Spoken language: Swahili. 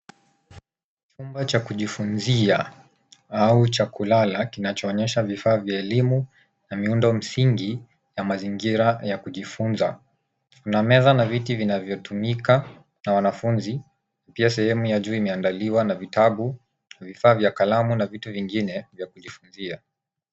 Chumba cha kujifunzia au cha kulala kinachoonyesha vifaa vya elimu na miundo msingi na mazingira ya kujifunza. Kuna meza na viti vinavyotumika na wanafunzi, pia sehemu ya juu imeandaliwa na vitabu, vifaa vya kalamu na vitu vingine vya kujifunzia.